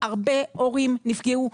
הרבה הורים נפגעו.